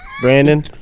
Brandon